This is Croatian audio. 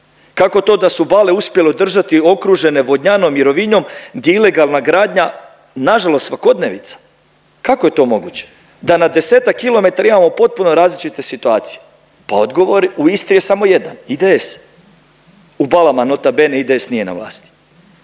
Kako to da su bale uspjele održati okružene Vodnjanom i Rovinjom gdje je ilegalna gradnja nažalost svakodnevica? Kako je to moguće da na desetak kilometara imamo potpuno različite situacije? Pa odgovor u Istri je samo jedan IDS. U Balama nota bene IDS nije na vlasti.